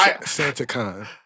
Santa-Con